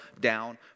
down